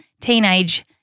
teenage